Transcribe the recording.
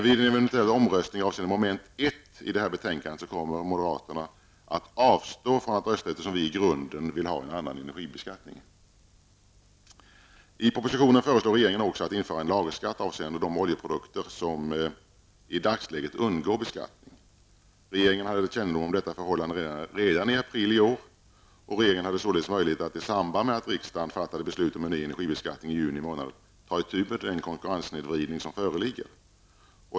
Vid en eventuell omröstning avseende mom. 1 i detta betänkande kommer moderata samlingspartiet att avstå från att rösta, eftersom vi i grunden vill ha en annan energibeskattning. I propositionen föreslår regeringen också införande av en lagerskatt avseende de oljeprodukter som i dagsläget undgår beskattning. Regeringen hade kännedom om detta förhållande redan i april i år. Regeringen hade således möjlighet att i samband med att riksdagen fattade beslut om en ny energibeskattning i juni månad ta itu med den konkurrenssnedvridning som föreligger.